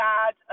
God